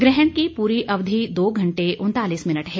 ग्रहण की पूरी अवधि दो घंटे उनतालीस मिनट है